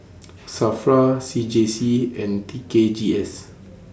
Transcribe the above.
SAFRA C J C and T K G S